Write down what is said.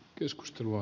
keskustelua